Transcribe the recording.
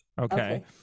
okay